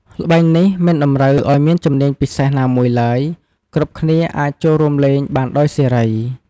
ល្បែងនេះមិនតម្រូវឱ្យមានជំនាញពិសេសណាមួយឡើយ គ្រប់គ្នាអាចចូលរួមលេងបានដោយសេរី។